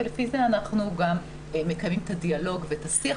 ולפי זה אנחנו גם מקיימים את הדיאלוג ואת השיח